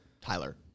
Tyler